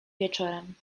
wieczorem